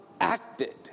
acted